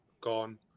gone